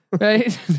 right